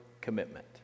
commitment